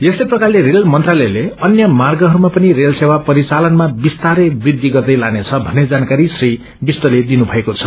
यस्तैप्रकारलेरेलमन्त्रालयलेअन्य मार्गहरूमापनिरेलसेवापरिचालनमाविस्तारैवृद्धि गर्दैलानेछभत्रेजानकारीश्रीविष्टलेदिनुभएको छ